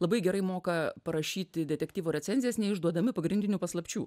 labai gerai moka parašyti detektyvo recenzijas neišduodami pagrindinių paslapčių